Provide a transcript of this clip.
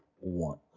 one